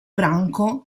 branco